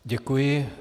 Děkuji.